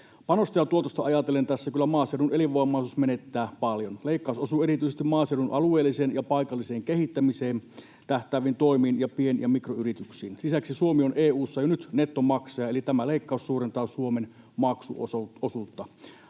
Panosta ja tuotosta ajatellen tässä kyllä maaseudun elinvoimaisuus menettää paljon. Leikkaus osuu erityisesti maaseudun alueelliseen ja paikalliseen kehittämiseen tähtääviin toimiin ja pien- ja mikroyrityksiin. Lisäksi Suomi on EU:ssa jo nyt nettomaksaja, eli tämä leikkaus suurentaa Suomen maksuosuutta.